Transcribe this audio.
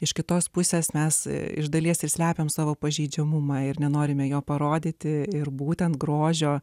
iš kitos pusės mes iš dalies ir slepiame savo pažeidžiamumą ir nenorime jo parodyti ir būtent grožio